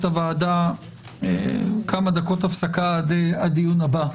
הוועדה כמה דקות הפסקה עד הדיון הבא.